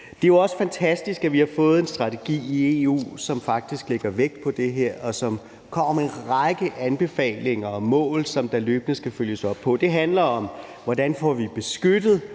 Det er jo også fantastisk, at vi har fået en strategi i EU, som faktisk lægger vægt på det her, og som kommer med en række anbefalinger og mål, som der løbende skal følges op på. Det handler om, hvordan vi får beskyttet